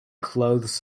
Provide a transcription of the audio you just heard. clothes